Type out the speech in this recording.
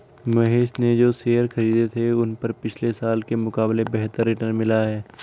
महेश ने जो शेयर खरीदे थे उन पर पिछले साल के मुकाबले बेहतर रिटर्न मिला है